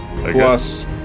plus